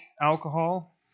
alcohol